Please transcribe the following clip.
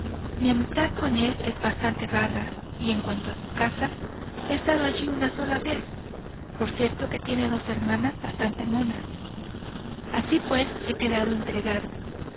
mi amistad con él es bastante vaga y en cuanto a su casa he estado allí una sola vez por cierto que tiene dos hermanas bastante monas así pues he quedado intrigado